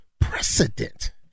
precedent